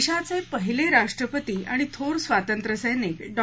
देशाचे पहिले राष्ट्रपती आणि थोर स्वातंत्र सैनिक डॉ